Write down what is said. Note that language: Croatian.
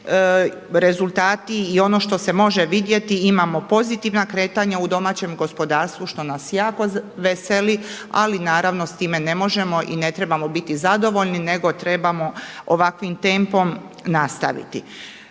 Rezultati i ono što se može vidjeti imamo pozitivna kretanja u domaćem gospodarstvu što nas jako veseli ali naravno s time ne možemo i ne trebamo biti zadovoljni nego trebamo ovakvim tempom nastaviti.